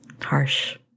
Harsh